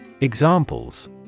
Examples